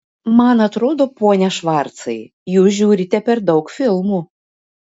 man atrodo pone švarcai jūs žiūrite per daug filmų